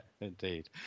Indeed